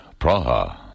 Praha